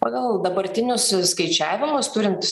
pagal dabartinius skaičiavimus turint